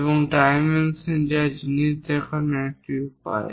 এবং ডাইমেনশন যা জিনিস দেখানোর একটি উপায়